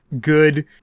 good